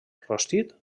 rostit